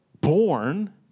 born